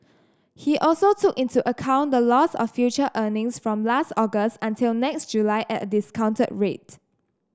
he also took into account the loss of future earnings from last August until next July at a discounted rate